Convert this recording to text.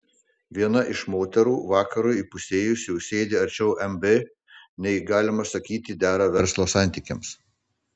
viena iš moterų vakarui įpusėjus jau sėdi arčiau mb nei galima sakyti dera verslo santykiams